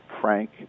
Frank